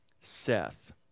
Seth